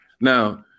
Now